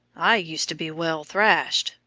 i used to be well thrashed.